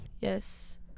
Yes